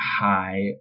High